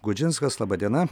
gudžinskas laba diena